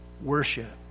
worship